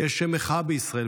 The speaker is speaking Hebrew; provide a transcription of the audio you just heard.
יש מחאה בישראל,